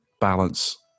balance